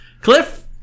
Cliff